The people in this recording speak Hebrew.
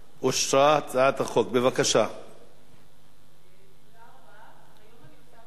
ההצעה להעביר את הצעת חוק צער בעלי-חיים (הגנה על בעלי-חיים) (תיקון,